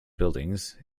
buildings